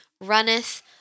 runneth